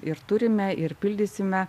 ir turime ir pildysime